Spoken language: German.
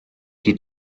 die